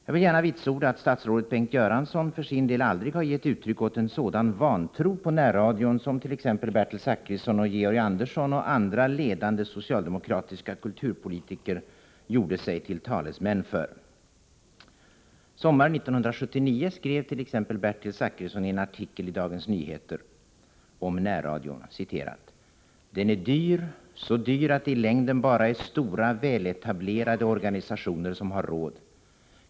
Jag vill gärna vitsorda att statsrådet Bengt Göransson för sin del aldrig har gett uttryck åt en sådan vantro på närradion som t.ex. Bertil Zachrisson, Georg Andersson och andra ledande socialdemokratiska kulturpolitiker gjort sig till talesmän för. Sommaren 1979 skrev t.ex. Bertil Zachrisson i en artikel om närradion i Dagens Nyheter: ”Den är dyr, så dyr att det i längden bara är stora, väletablerade organisationer som har råd.